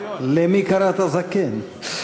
למי קראת זקן?